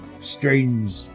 strange